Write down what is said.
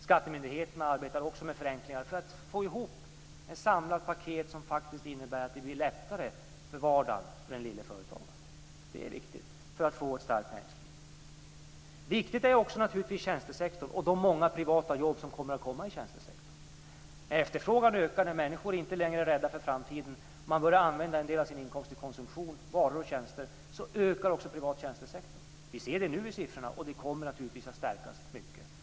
Skattemyndigheterna arbetar också med förenklingar för att få ihop ett samlat paket som innebär att det blir lättare i vardagen för det lilla företaget. Det är viktigt för att få ett starkt näringsliv. Tjänstesektorn är naturligtvis också viktig, och de många privata jobb som kommer att skapas där är likaså viktiga. Efterfrågan ökar när människor inte är rädda för framtiden. När man börjar använda en del av sin inkomst till konsumtion av varor och tjänster ökar också privat tjänstesektor. Vi ser det nu i siffrorna, och det kommer att stärkas mycket.